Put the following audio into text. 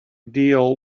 deal